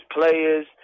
players